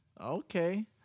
Okay